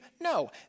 No